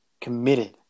committed